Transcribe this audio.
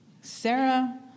Sarah